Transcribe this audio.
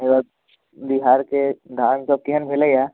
बिहारके धान ई सब केहन भेलैया